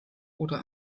oder